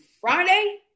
Friday